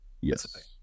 Yes